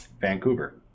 Vancouver